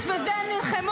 בשביל זה הם נלחמו?